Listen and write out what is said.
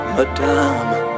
Madame